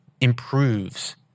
improves